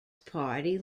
party